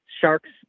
Sharks